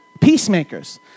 peacemakers